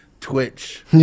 twitch